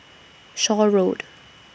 Shaw Road